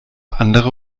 andere